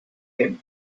him